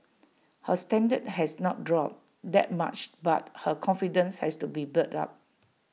her standard has not dropped that much but her confidence has to be built up